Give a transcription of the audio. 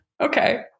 Okay